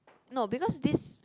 no because this